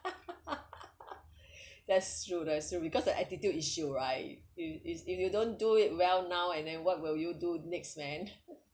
that's true that's true because the attitude issue right if if is if you don't do it well now and then what will you do next man